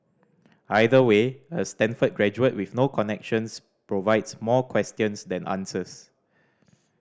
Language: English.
either way a Stanford graduate with no connections provides more questions than answers